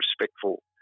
respectful